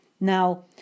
Now